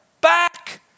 back